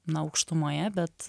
na aukštumoje bet